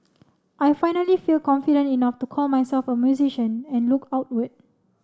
I finally feel confident enough to call myself a musician and look outward